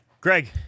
Greg